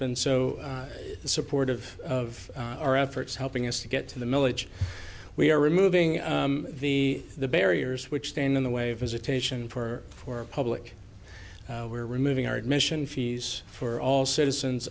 been so supportive of our efforts helping us to get to the milage we are removing the barriers which stand in the way visitation for for public we're removing our admission fees for all citizens